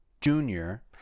Junior